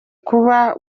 kuba